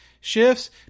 Shifts